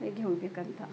ಹೇಗೆ ಹೋಗಬೇಕಂತ